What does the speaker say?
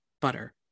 butter